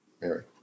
Mary